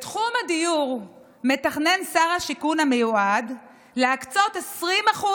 בתחום הדיור מתכנן שר השיכון המיועד להקצות 20%